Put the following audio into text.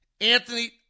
anthony